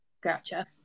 Gotcha